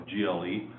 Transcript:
GLE